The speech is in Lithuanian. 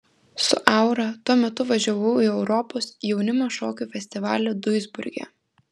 su aura tuo metu važiavau į europos jaunimo šokių festivalį duisburge